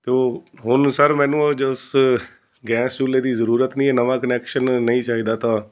ਅਤੇ ਉਹ ਹੁਣ ਸਰ ਮੈਨੂੰ ਉਹ ਜਿਸ ਗੈਸ ਚੁੱਲ੍ਹੇ ਦੀ ਜ਼ਰੂਰਤ ਨਹੀਂ ਇਹ ਨਵਾਂ ਕਨੈਕਸ਼ਨ ਨਹੀਂ ਚਾਹੀਦਾ ਤਾਂ